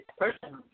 Personally